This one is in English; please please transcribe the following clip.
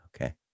Okay